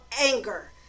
anger